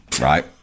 Right